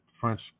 French